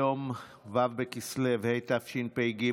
היום ו' בכסלו התשפ"ג,